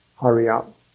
hurry-up